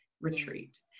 retreat